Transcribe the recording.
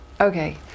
Okay